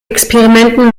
experimenten